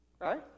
right